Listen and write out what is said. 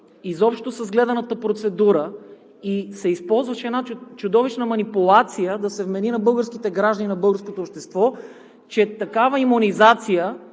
изобщо с гледаната процедура и се използваше една чудовищна манипулация – да се вмени на българските граждани и на българското общество, че такава имунизация